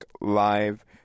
Live